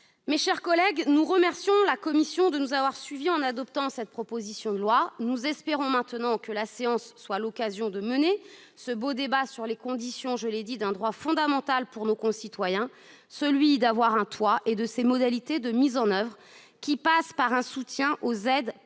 Mes chers collègues, nous remercions la commission de nous avoir suivis en adoptant cette proposition de loi. Nous espérons maintenant que la séance sera l'occasion de mener ce beau débat sur les conditions d'un droit fondamental pour nos concitoyens, celui d'avoir un toit, et de ses modalités de mise en oeuvre, qui passent par un soutien aux aides personnelles